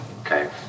Okay